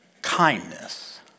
kindness